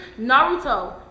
Naruto